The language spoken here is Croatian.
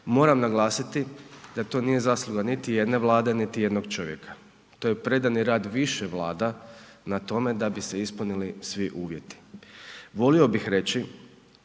moram naglasiti da to nije zasluga niti jedne Vlade, niti jednog čovjeka, to je predani rad više Vlada na tome da bi se ispunili svi uvjeti. Volio bih reći